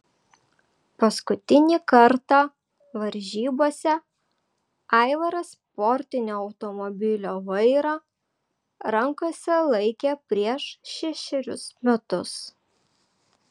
paskutinį kartą varžybose aivaras sportinio automobilio vairą rankose laikė prieš šešerius metus